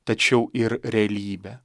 tačiau ir realybe